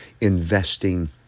investing